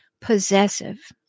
possessive